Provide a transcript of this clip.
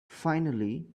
finally